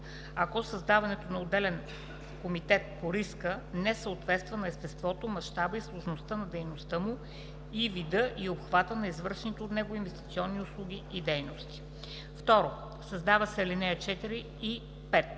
ако създаването на отделен комитет по риска не съответства на естеството, мащаба и сложността на дейността му и вида и обхвата на извършваните от него инвестиционни услуги и дейности.“ 2. Създават се ал. 4 и 5: